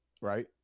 right